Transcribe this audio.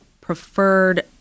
preferred